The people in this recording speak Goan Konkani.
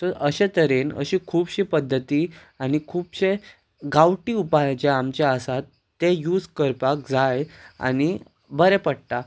सो अशे तरेन अशी खुबशी पद्दती आनी खुबशे गांवटी उपाय जे आमचे आसात ते यूज करपाक जाय आनी बरें पडटा